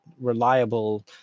reliable